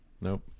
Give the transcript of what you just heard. nope